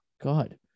God